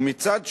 ומצד שני,